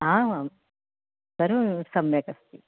आमां सर्वमेव सम्यकस्ति